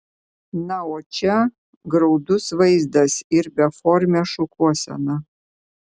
na o čia graudus vaizdas ir beformė šukuosena